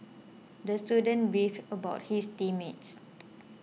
the student beefed about his team mates